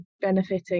benefiting